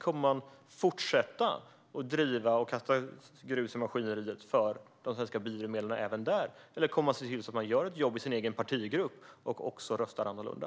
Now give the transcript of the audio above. Kommer man att fortsätta att driva detta och att kasta grus i maskineriet för de svenska biodrivmedlen även där, eller kommer man att se till att man gör ett jobb i sin egen partigrupp och också röstar annorlunda?